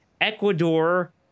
ecuador